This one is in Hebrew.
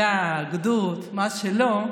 היחידה, הגדוד, מה שלא יהיה: